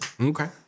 Okay